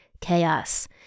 chaos